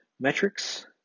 metrics